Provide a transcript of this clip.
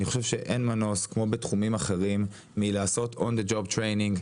אני חושב שאין מנוס כמו בתחומים אחרים מלעשות on the job training.